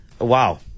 wow